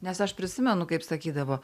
nes aš prisimenu kaip sakydavo